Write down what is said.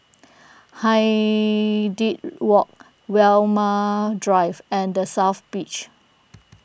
Hindhede Walk Walmer Drive and the South Beach